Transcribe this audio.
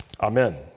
Amen